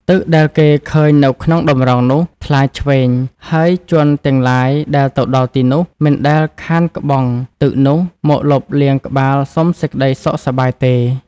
ទឹកដែលគេឃើញនៅក្នុងតម្រងនោះ ថ្លាឆ្វេង ហើយជន់ទាំងឡាយដែលទៅដល់ទីនោះ មិនដែលខានក្បង់ ទឹកនោះ មកលុបលាងក្បាលសុំសេចក្តីសុខសប្បាយទេ ។